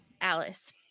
alice